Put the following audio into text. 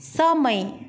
समय